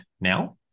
now